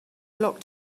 locked